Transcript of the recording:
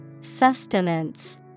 Sustenance